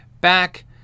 back